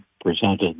presented